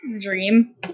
Dream